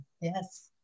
Yes